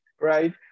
right